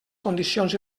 condicions